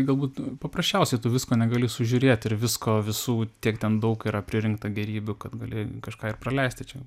galbūt paprasčiausiai tu visko negali sužiūrėt ir visko visų tiek ten daug yra pririnkta gėrybių kad gali kažką ir praleisti čia